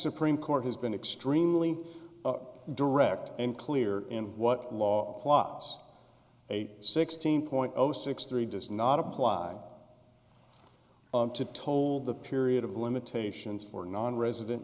supreme court has been extremely direct and clear in what law plus a sixteen point zero six three does not apply to told the period of limitations for nonresident